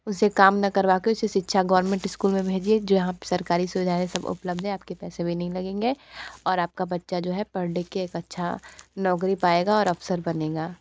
उसे काम ना करवा कर उसे शिक्षा गौर्मेंट इसकूल में भेजिए जो यहाँ पर सरकारी सुविधाएं सब उपलबद्ध है आप के पैसे भी नहीं लगेंगे और आप का बच्चा जो है पढ़ लिख के एक अच्छी नौकरी पाएगा और अफ़सर बनेगा